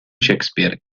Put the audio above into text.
shakespeare